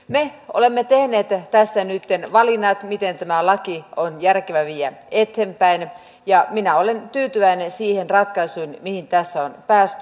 me olemme tehneet tässä nytten valinnat miten tämä laki on järkevä viedä eteenpäin ja minä olen tyytyväinen siihen ratkaisuun mihin tässä on päästy